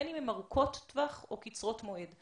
בין אם הן ארוכות טווח או קצרת מועד.